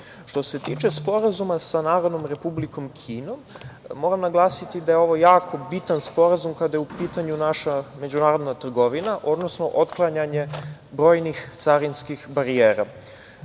se tiče sporazuma sa Narodnom Republikom Kinom, moram naglasiti da je ovo jako bitan sporazum kada je u pitanju naša međunarodna trgovina, odnosno otklanjanje brojnih carinskih